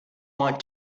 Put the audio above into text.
want